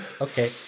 Okay